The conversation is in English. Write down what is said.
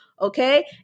Okay